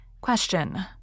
Question